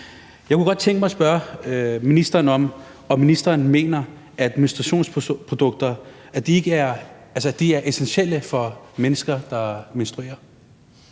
Jeg kunne godt tænke mig at spørge ministeren, om ministeren mener, at menstruationsprodukter er essentielle for mennesker, der menstruerer.